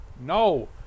no